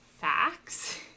facts